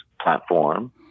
platform